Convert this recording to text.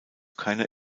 keiner